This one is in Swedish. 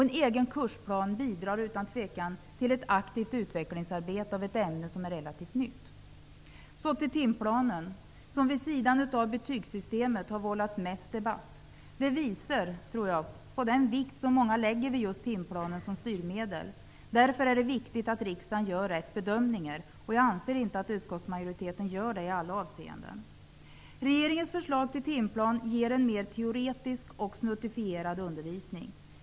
En egen kursplan bidrar utan tvekan till ett aktivt utvecklingsarbete av ett ämne som är relativt nytt. Så till timplanen som, vid sidan av betygssystemet, har vållat mest debatt. Det visar, tror jag, vilken vikt många lägger vid timplanen som styrmedel. Därför är det viktigt att riksdagen gör rätt bedömningar. Jag anser inte att utskottsmajoriteten gör det i alla avseenden. Regeringens förslag till timplan ger en mer teoretisk och snuttifierad undervisning.